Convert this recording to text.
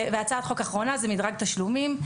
והצעת חוק אחרונה, זה מדרג תשלומים.